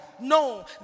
No